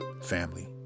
family